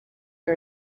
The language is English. are